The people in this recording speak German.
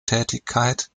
tätigkeit